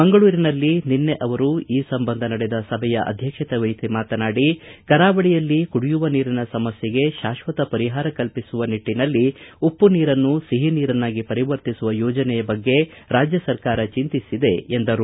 ಮಂಗಳೂರಿನಲ್ಲಿ ನಿನ್ನೆ ಅವರು ಈ ಸಂಬಂಧ ನಡೆದ ಸಭೆಯ ಅಧ್ಯಕ್ಷತೆ ವಹಿಸಿ ಮಾತನಾಡಿ ಕರಾವಳಿಯಲ್ಲಿ ಕುಡಿಯುವ ನೀರಿನ ಸಮಸ್ಥೆಗೆ ಶಾಶ್ವತ ಪರಿಹಾರ ಕಲ್ಪಿಸುವ ನಿಟ್ಟನಲ್ಲಿ ಉಪ್ಪು ನೀರನ್ನು ಸಿಹಿ ನೀರನ್ನಾಗಿ ಪರಿವರ್ತಿಸುವ ಯೋಜನೆಯ ಬಗ್ಗೆ ರಾಜ್ಯ ಸರಕಾರ ಚಿಂತಿಸಿದೆ ಎಂದರು